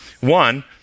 One